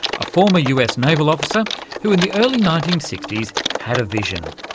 a former us naval officer who in the early nineteen sixty s had a vision.